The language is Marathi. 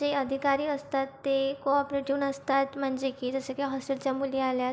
जे अधिकारी असतात ते कोऑपरेटिव नसतात म्हणजे की जसे की हॉस्टेलच्या मुली आल्यात